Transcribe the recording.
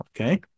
Okay